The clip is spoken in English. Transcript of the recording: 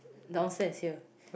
downstair is here